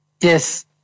yes